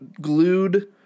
glued